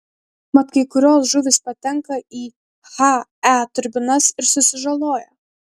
mat kai kurios žuvys patenka į he turbinas ir susižaloja